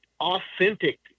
authentic